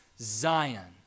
zion